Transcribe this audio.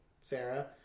Sarah